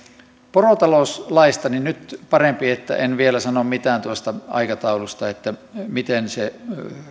porotalouslaista nyt on parempi että en vielä sano mitään tuosta aikataulusta miten se